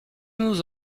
nous